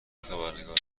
خبرنگار